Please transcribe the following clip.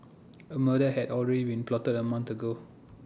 A murder had already been plotted A month ago